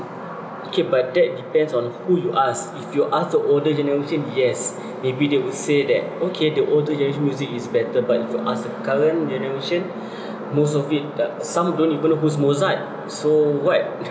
okay but that depends on who you asked if you asked the older generation yes maybe they will say that okay the older age music is better but if you asked the current generation most of it but some don't even know who's mozart so what